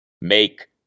make